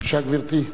בבקשה, גברתי.